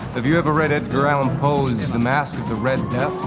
have you ever read edgar allan poe's the masque of the red death?